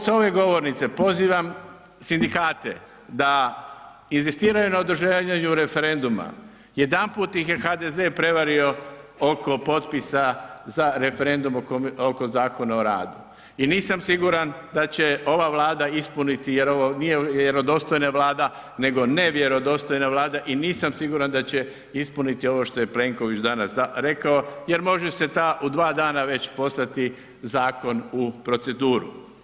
S ove govornice pozivam sindikate da inzistiraju na održavanju referenduma, jedanput ih je HDZ prevario oko potpisa za referendum oko Zakona o radu i nisam siguran da će ova Vlada ispuniti jer ovo nije vjerodostojna Vlada nego nevjerodostojna Vlada i nisam sigurna da će ispuniti ovo što je Plenković danas rekao jer može se ta, u dva dana već poslati zakon u proceduru.